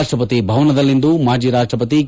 ರಾಷ್ಟಪತಿ ಭವನದಲ್ಲಿಂದು ಮಾಜಿ ರಾಷ್ಟಪತಿ ಕೆ